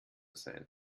sein